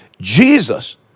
Jesus